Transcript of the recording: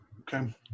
Okay